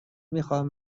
میخوام